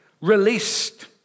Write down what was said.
released